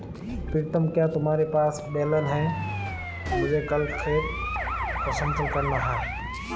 प्रीतम क्या तुम्हारे पास बेलन है मुझे कल खेत को समतल करना है?